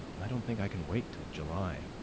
i don't think i can wait till july,